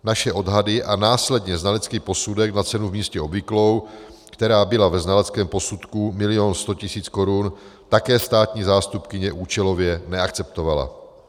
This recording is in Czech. Naše odhady a následně znalecký posudek za cenu v místě obvyklou, která byla ve znaleckém posudku 1 milion 100 tisíc korun, také státní zástupkyně účelově neakceptovala.